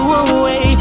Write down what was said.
away